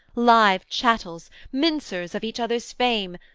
live chattels, mincers of each other's fame,